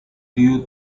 due